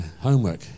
Homework